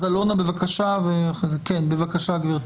אלונה, בבקשה, גברתי.